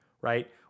right